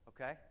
okay